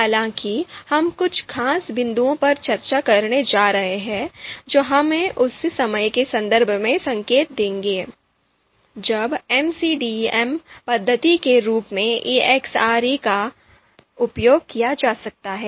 हालाँकि हम कुछ खास बिंदुओं पर चर्चा करने जा रहे हैं जो हमें उस समय के संदर्भ में संकेत देंगे जब MCDM पद्धति के रूप में ELECTRE का उपयोग किया जा सकता है